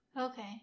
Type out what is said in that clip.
Okay